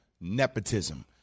nepotism